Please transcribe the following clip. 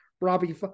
Robbie